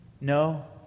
No